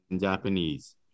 Japanese